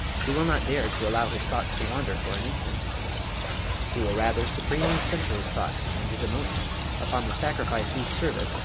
he will not dare to allow his thoughts to wander for an instant he will rather supremely center his thought and his emotion upon the sacrifice whose service,